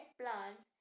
plants